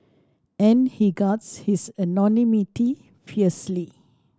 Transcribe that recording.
and he guards his anonymity fiercely